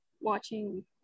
watching